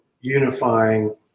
unifying